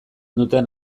duten